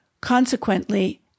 Consequently